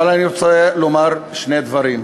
אבל אני רוצה לומר שני דברים.